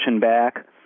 back